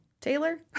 taylor